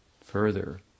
further